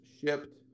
shipped